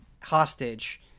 hostage